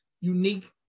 unique